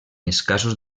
escassos